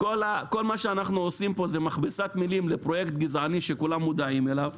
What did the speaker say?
כל מה שאנחנו עושים פה זה מכבסת מילים לפרויקט גזעני שכולם מודעים אליו,